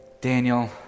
Daniel